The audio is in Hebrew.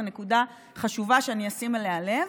זו נקודה חשובה שאשים אליה לב.